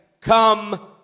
come